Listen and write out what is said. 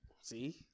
See